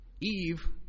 Eve